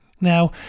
Now